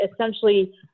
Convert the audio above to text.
essentially